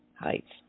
heights